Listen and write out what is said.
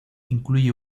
incluye